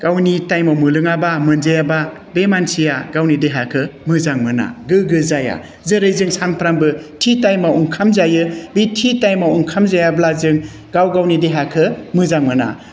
गावनि टाइमाव मोनलोङाबा मोनजायाबा बे मानसिया गावनि देहाखौ मोजां मोना गोग्गो जाया जेरै जों सानफ्रोमबो थि टाइमाव ओंखाम जायो बे थि टाइमाव ओंखाम जायाब्ला जों गाव गावनि देहाखौ मोजां मोना